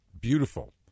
beautiful